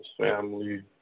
Family